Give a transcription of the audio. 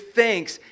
thanks